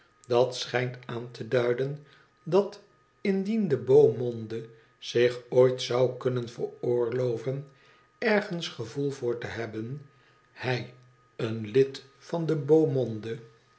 dat schijnt aan te duiden dat indien debeaumonde zich ooit zou kunnen veroorloven ergens ge t voel voor te hebben hij een lid van dien